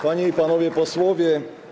Panie i Panowie Posłowie!